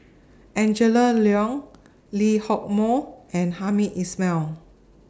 Angela Liong Lee Hock Moh and Hamed Ismail